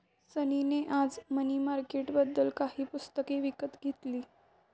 सनी ने आज मनी मार्केटबद्दल काही पुस्तके विकत घेतली